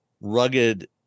rugged